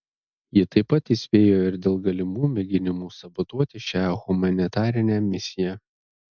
ji taip pat įspėjo ir dėl galimų mėginimų sabotuoti šią humanitarinę misiją